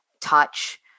touch